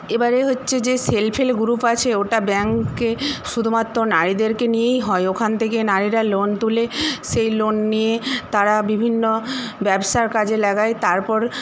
এবারে হচ্ছে যে সেলফ হেল্প গ্রুপ আছে ওটা ব্যাঙ্কে শুধুমাত্র নারীদেরকে নিয়েই হয় ওখান থেকে নারীরা লোন তুলে সেই লোন নিয়ে তারা বিভিন্ন ব্যবসার কাজে লাগায় তারপর